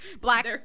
Black